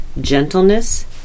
gentleness